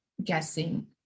guessing